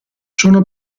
sono